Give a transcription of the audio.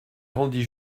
rendit